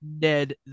Ned